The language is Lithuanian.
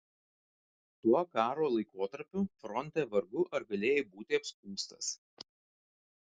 tuo karo laikotarpiu fronte vargu ar galėjai būti apskųstas